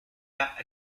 pas